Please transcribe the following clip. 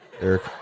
Eric